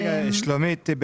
רגע שלומית.